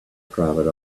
private